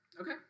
Okay